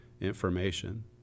Information